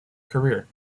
career